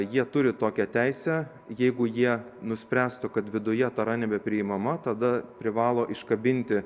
jie turi tokią teisę jeigu jie nuspręstų kad viduje tara nebepriimama tada privalo iškabinti